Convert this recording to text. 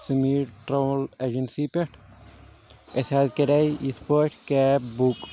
Sameer travel agency پٮ۪ٹھ اسہِ حظ کریٚیہِ یتھہٕ پٲٹھۍ کیب بُک